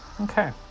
Okay